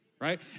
Right